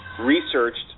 researched